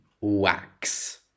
wax